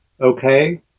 Okay